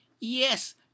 Yes